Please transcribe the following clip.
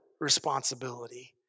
responsibility